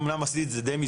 אמנם די מזמן,